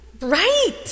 right